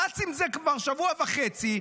רץ עם זה כבר שבוע וחצי,